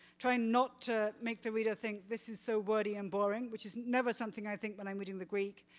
trying not to make the reader think, this is so wordy and boring, which is never something i think when i'm reading the greek,